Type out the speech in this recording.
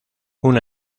una